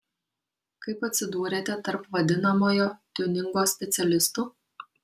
kaip atsidūrėte tarp vadinamojo tiuningo specialistų